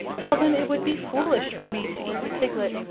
tell them it would be foolish for me to eat the piglet,